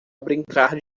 brincar